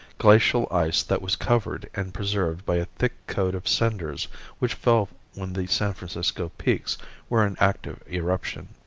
glacial ice that was covered and preserved by a thick coat of cinders which fell when the san francisco peaks were in active eruption.